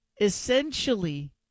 essentially –